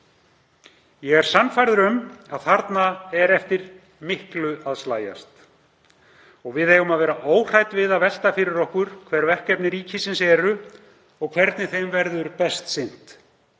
Ég er sannfærður um að þarna er eftir miklu að slægjast. Við eigum að vera óhrædd við að velta fyrir okkur hver verkefni ríkisins eru og hvernig þeim verður best sinnt.